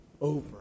over